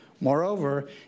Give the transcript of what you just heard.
Moreover